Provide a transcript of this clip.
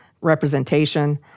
representation